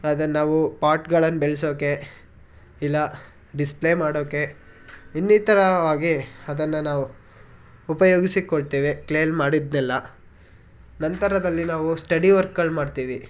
ಅದನ್ನ ನಾವು ಪಾಟ್ಗಳನ್ನು ಬೆಳೆಸೋಕೆ ಇಲ್ಲ ಡಿಸ್ಪ್ಲೇ ಮಾಡೋಕೆ ಇನ್ನಿತರವಾಗಿ ಅದನ್ನು ನಾವು ಉಪಯೋಗಿಸಿಕೊಳ್ತೇವೆ ಕ್ಲೇ ಅಲ್ಲಿ ಮಾಡಿದ್ದನ್ನೆಲ್ಲ ನಂತರದಲ್ಲಿ ನಾವು ಸ್ಟಡಿ ವರ್ಕಲ್ಲಿ ಮಾಡ್ತೀವಿ